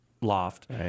loft